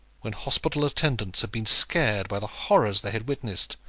when hospital attendants had been scared by the horrors they had witnessed,